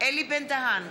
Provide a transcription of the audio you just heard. אלי בן-דהן,